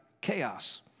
chaos